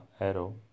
arrow